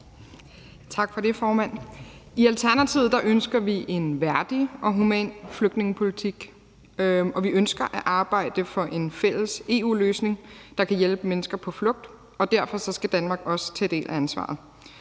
Tak for det, formand. I Alternativet ønsker vi en værdig og human flygtningepolitik, og vi ønsker at arbejde for en fælles EU-løsning, der kan hjælpe mennesker på flugt, og derfor skal Danmark også tage en del af ansvaret.